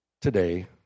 today